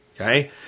Okay